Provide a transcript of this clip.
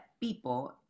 people